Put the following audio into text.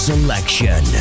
Selection